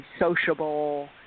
sociable